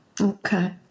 Okay